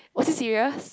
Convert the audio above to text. was he serious